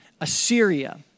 Assyria